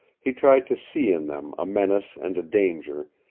he tried to see in them a menace and a danger,